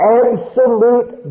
absolute